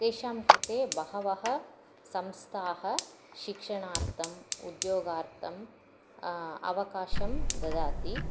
तेषां कृते बहवः संस्थाः शिक्षणार्थम् उद्योगार्थम् अवकाशं ददाति